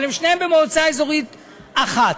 אבל הם שניהם במועצה אזורית אחת,